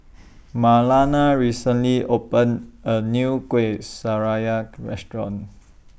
Marlana recently opened A New Kueh Restaurant